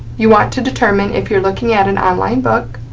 you want to determine if you're looking at an online book,